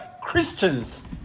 Christians